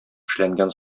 эшләнгән